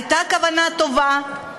הייתה כוונה טובה,